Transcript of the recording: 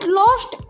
lost